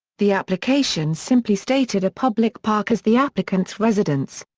the applications simply stated a public park as the applicants' residence.